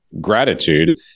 gratitude